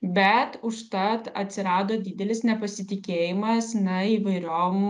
bet užtat atsirado didelis nepasitikėjimas na įvairiom